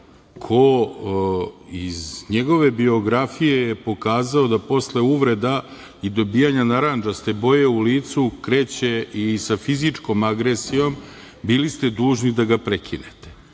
ko iz njegove biografije je pokazao da posle uvreda i dobijanja narandžaste boje u licu kreće i sa fizičkom agresijom, bili ste dužni da ga